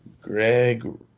Greg